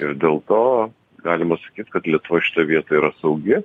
ir dėl to galima sakyt kad lietuva šitoj vietoj yra saugi